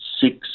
six